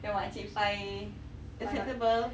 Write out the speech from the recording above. your mak cik fai fai [what]